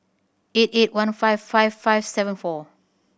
eight eight one five five five seven four